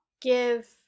Give